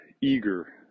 eager